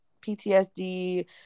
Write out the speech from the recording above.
PTSD